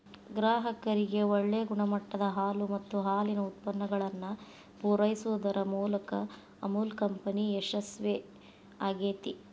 ಗ್ರಾಹಕರಿಗೆ ಒಳ್ಳೆ ಗುಣಮಟ್ಟದ ಹಾಲು ಮತ್ತ ಹಾಲಿನ ಉತ್ಪನ್ನಗಳನ್ನ ಪೂರೈಸುದರ ಮೂಲಕ ಅಮುಲ್ ಕಂಪನಿ ಯಶಸ್ವೇ ಆಗೇತಿ